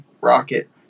Rocket